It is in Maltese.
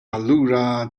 allura